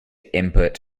input